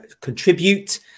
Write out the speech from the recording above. contribute